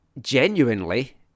genuinely